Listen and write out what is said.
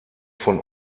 von